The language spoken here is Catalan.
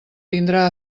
tindrà